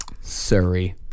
Surrey